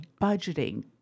budgeting